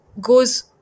goes